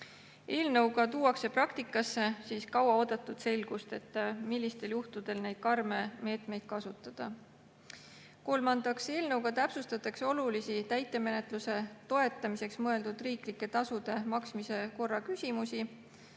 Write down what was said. Eelnõuga tuuakse praktikasse kauaoodatud selgus, millistel juhtudel neid karme meetmeid kasutada. Kolmandaks, eelnõuga täpsustatakse olulisi täitemenetluse toetamiseks mõeldud riiklike tasude maksmise korra küsimusi.